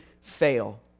fail